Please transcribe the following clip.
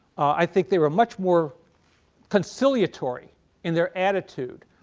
i think they were much more conciliatory in their attitude,